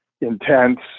intense